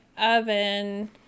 oven